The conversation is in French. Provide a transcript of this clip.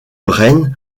rennes